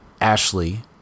Ashley